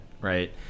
right